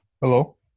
Hello